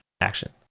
action